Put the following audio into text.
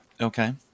Okay